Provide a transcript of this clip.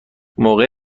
موقع